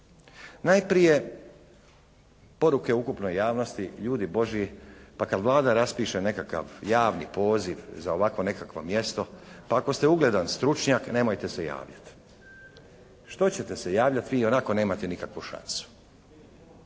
Najprije poruke ukupnoj javnosti: Ljudi božji pa kad Vlada raspiše nekakav javni poziv za ovakvo nekakvo mjesto pa ako ste ugledan stručnjak nemojte se javljati. Što ćete se javljati, vi ionako nemate nikakvu šansu.